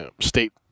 state